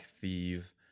thief